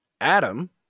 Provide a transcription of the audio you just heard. Adam